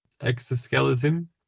exoskeleton